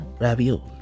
ravioli